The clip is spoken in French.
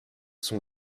sont